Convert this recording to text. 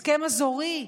הסכם אזורי,